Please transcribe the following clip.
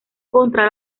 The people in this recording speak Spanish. contra